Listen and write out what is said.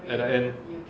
at the end